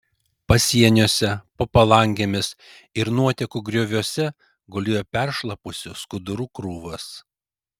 pasieniuose po palangėmis ir nuotekų grioviuose gulėjo peršlapusių skudurų krūvos